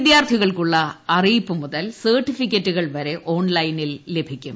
വിദ്യാർത്ഥികൾക്കുള്ള അറിയിപ്പു മുതൽ സർട്ടിഫിക്കറ്റുകൾ വരെ ഓൺലൈനിൽ ലഭിക്കും